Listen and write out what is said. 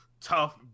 tough